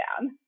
down